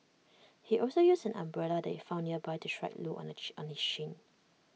he also used an umbrella that he found nearby to strike Loo on the shin on the shin